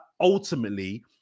ultimately